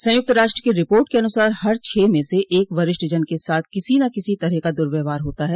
संयुक्त राष्ट्र की रिपोर्ट के अनुसार हर छः में से एक वरिष्ठजन के साथ किसी न किसी तैरह का दूर्व्यवहार होता है